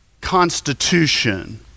constitution